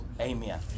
Amen